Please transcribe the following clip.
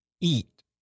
eat